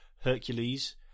Hercules